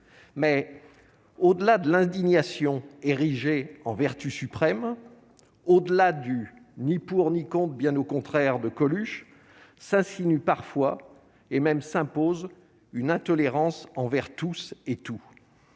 mais au-delà de l'indignation érigée en vertu suprême au-delà du ni pour, ni compte bien au contraire de Coluche s'insinue parfois et même s'impose une intolérance envers tous et tout